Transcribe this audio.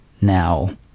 now